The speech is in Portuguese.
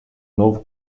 novo